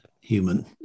human